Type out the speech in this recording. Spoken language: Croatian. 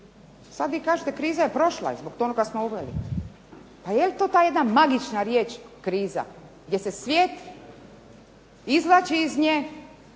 Sad vi kažete kriza je prošla i …/Govornica se ne razumije./… Pa je li to jedna magična riječ kriza gdje se svijet izvlači iz nje,